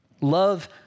Love